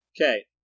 okay